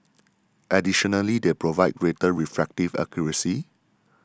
additionally they provide greater refractive accuracy